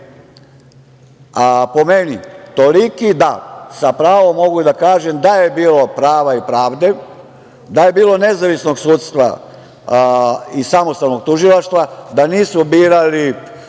je po meni toliki da sa pravom mogu da kažem da je bilo prava i pravde, da je bilo nezavisnog sudstva i samostalnog tužilaštva, da nisu birali